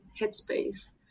headspace